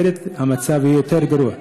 אחרת המצב יהיה יותר גרוע.